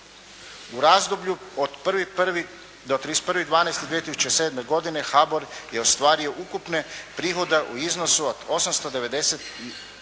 U razdoblju od 1.1 do 31.12.2007. godine HBOR je ostvario ukupne prihode u iznosu od 894,6